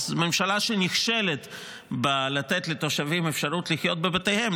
אז הממשלה שנכשלת בלתת לתושבים אפשרות לחיות בבתיהם,